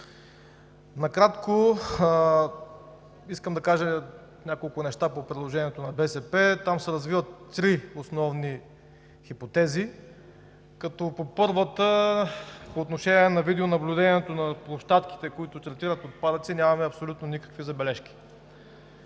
Накратко искам да кажа няколко неща по предложението на БСП. Там се развиват три основни хипотези, като по първата, по отношението на видеонаблюдението на площадките, които третират отпадъци, нямаме абсолютни никакви забележки.